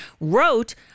wrote